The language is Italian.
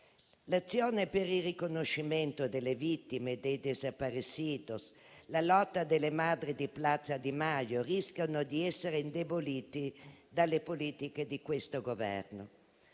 L'azione per il riconoscimento delle vittime dei *desaparecidos* e la lotta delle Madri di Plaza De Mayo rischiano di essere indeboliti dalle politiche di questo Governo.